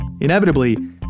Inevitably